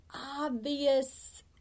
obvious